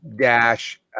dash